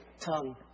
tongue